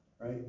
right